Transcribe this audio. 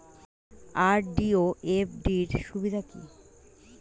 RD ও FD র সুবিধা কি?